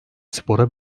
spora